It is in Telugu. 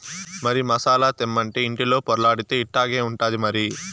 మరి మసాలా తెమ్మంటే ఇంటిలో పొర్లాడితే ఇట్టాగే ఉంటాది మరి